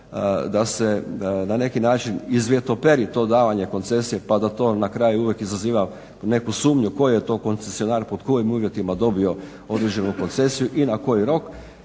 da se na neki način izvitoperi to davanje koncesije pa da to na kraju uvijek izaziva neku sumnju koji je to koncesionar, pod kojim uvjetima dobio određenu koncesiju i na koji rok.